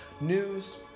news